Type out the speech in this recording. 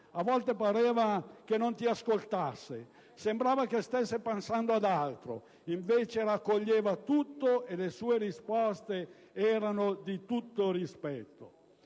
a volte pareva che non ascoltasse e che stesse pensando ad altro; invece raccoglieva tutto e le sue risposte erano di tutto rispetto.